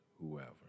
whoever